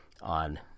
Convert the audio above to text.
on